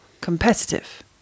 competitive